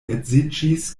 edziĝis